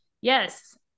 yes